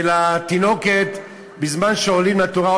ולתינוקת בזמן שעולים לתורה,